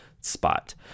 spot